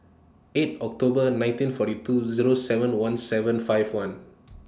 eight October nineteen forty two Zero seven one seven five one